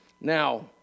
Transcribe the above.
now